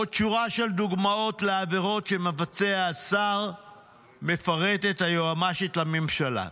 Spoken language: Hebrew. עוד שורה של דוגמאות לעבירות שמבצע השר מפרטת היועמ"שית לממשלה.